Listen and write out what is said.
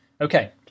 Okay